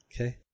Okay